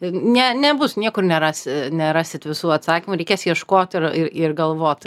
ne nebus niekur nerasi nerasit visų atsakymų reikės ieškot ir ir ir galvot